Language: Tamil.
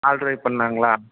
ஆல்ட்ரேட் பண்ணாங்களா